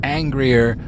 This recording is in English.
angrier